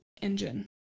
engine